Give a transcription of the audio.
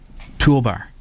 toolbar